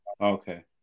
Okay